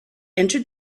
entered